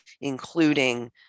including